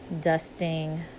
dusting